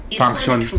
function